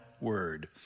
word